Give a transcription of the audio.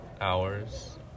hours